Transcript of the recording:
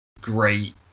great